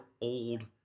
old